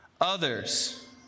others